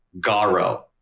Garo